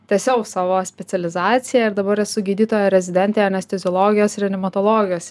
tęsiau savo specializaciją ir dabar esu gydytoja rezidentė anesteziologijos reanimatologijos